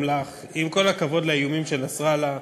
לך: עם כל הכבוד לאיומים של נסראללה,